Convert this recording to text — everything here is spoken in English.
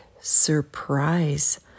surprise